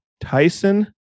Tyson